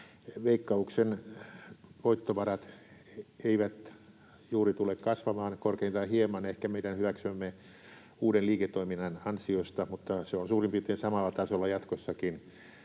Veikkauksen voittovarat eivät juuri tule kasvamaan, korkeintaan ehkä hieman meidän hyväksymämme uuden liiketoiminnan ansioista, mutta se on suurin piirtein samalla tasolla jatkossakin.